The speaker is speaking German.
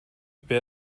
wer